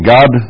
God